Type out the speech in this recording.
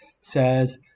Says